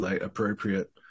appropriate